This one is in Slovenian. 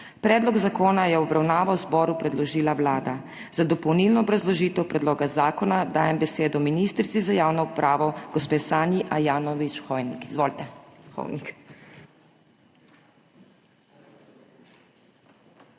Predlog zakona je v obravnavo zboru predložila Vlada. Za dopolnilno obrazložitev predloga zakona dajem besedo ministrici za javno upravo, gospe Sanji Ajanovć Hovnik. Izvolite.